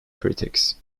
critics